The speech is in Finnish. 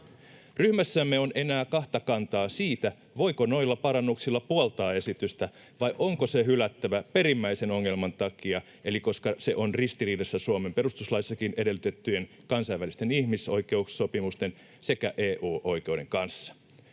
Ryhmässämme on enää kahta kantaa siitä, voiko noilla parannuksilla puoltaa esitystä vai onko se hylättävä perimmäisen ongelman takia, eli koska se on ristiriidassa Suomen perustuslaissakin edellytettyjen kansainvälisten ihmisoikeussopimusten sekä EU-oikeuden kanssa.